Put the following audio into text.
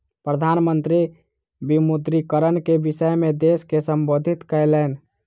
प्रधान मंत्री विमुद्रीकरण के विषय में देश के सम्बोधित कयलैन